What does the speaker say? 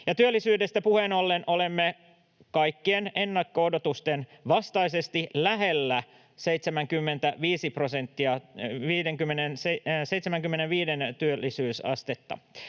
Työllisyydestä puheen ollen, olemme kaikkien ennakko-odotusten vastaisesti lähellä 75 prosentin työllisyysastetta.